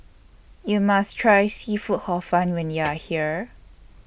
YOU must Try Seafood Hor Fun when YOU Are here